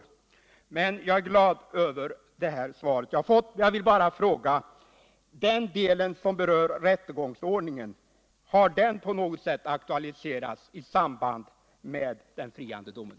Jag villavslutningsvis säga att jag är glad över det svar jag har fått samtidigt som jag vill fråga: Har den del av frågan som berör rättegångsordningen på något sätt aktualiserats i samband med den friande domen?